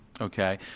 Okay